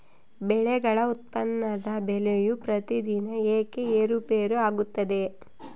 ಬೆಳೆಗಳ ಉತ್ಪನ್ನದ ಬೆಲೆಯು ಪ್ರತಿದಿನ ಏಕೆ ಏರುಪೇರು ಆಗುತ್ತದೆ?